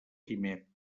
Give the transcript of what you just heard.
quimet